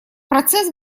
процесс